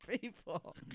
people